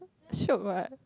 shiok what